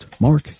Mark